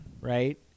right